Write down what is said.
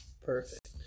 Perfect